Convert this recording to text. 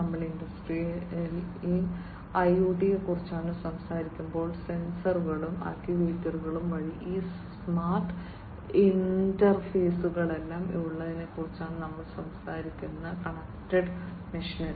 നമ്മൾ ഇൻഡസ്ട്രിയൽ ഐഒടിയെക്കുറിച്ചാണ് സംസാരിക്കുമ്പോൾ സെൻസറുകളും ആക്യുവേറ്ററുകളും വഴി ഈ സ്മാർട്ട് ഇന്റർഫേസുകളെല്ലാം ഉള്ളതിനെക്കുറിച്ചാണ് നമ്മൾ സംസാരിക്കുന്ന കണക്റ്റഡ് മെഷിനറി